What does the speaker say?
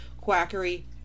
quackery